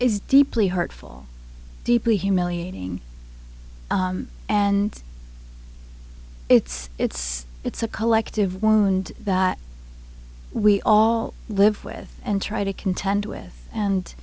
is deeply hurtful deeply humiliating and it's it's it's a collective wound that we all live with and try to contend with and